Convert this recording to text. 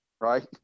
right